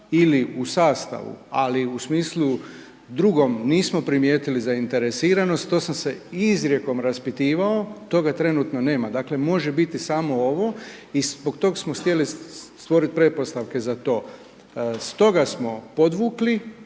ili u sastavu ali u smislu drugom nismo primijetili zainteresiranost to sam se izrijekom raspitivao, toga trenutno nema, dakle može biti samo ovo i zbog tog smo htjeli stvorit pretpostavke za to. Stoga smo podvukli